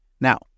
Now